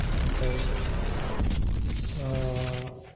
दा ओमफ्राय